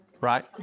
right